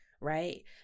right